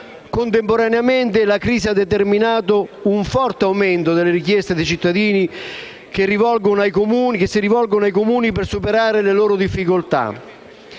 Contemporaneamente, la crisi ha determinato un forte aumento delle richieste dei cittadini che si rivolgono ai Comuni per superare le loro difficoltà.